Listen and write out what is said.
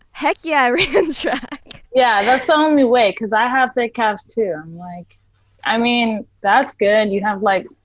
heck yeah, i ran track! yeah. that's the only way because i have thick calves too. like i mean, that's good. you'd have, like,